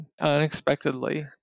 unexpectedly